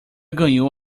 ganhou